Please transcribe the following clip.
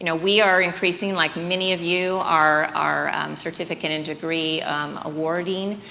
you know we are increasing like many of you are are certificate and degree awarding,